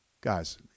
guys